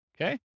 Okay